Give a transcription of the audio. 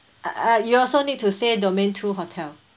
uh uh you also need to say domain two hotel